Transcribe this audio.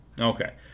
Okay